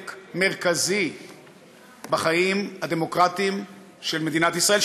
מרכזי בחיים הדמוקרטיים של מדינת ישראל,